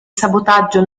sabotaggio